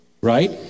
Right